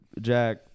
Jack